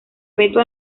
beto